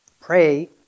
pray